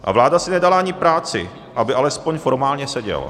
A vláda si nedala ani práci, aby alespoň formálně seděl.